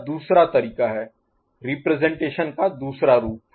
यह दूसरा तरीका है रिप्रजेंटेशन का दूसरा रूप